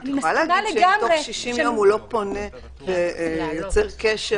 את יכולה להגיד שאם בתוך 60 יום הוא לא פונה ויוצר קשר,